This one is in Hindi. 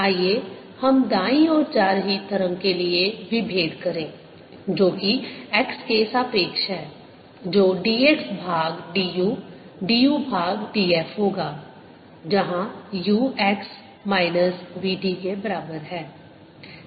आइए हम दाईं ओर जा रही तरंग के लिए विभेद करें जो कि x के सापेक्ष है जो dx भाग du du भाग df होगा जहाँ u x माइनस vt के बराबर है